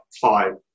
five